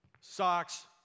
socks